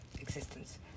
Existence